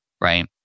right